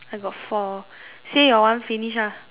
I got four say your one finish lah